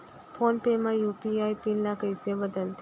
Phone पे म UPI pin ल कइसे बदलथे?